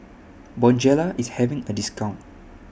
Bonjela IS having A discount